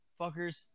fuckers